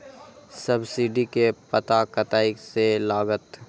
Subsidy के पता कतय से लागत?